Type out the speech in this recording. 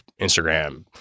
instagram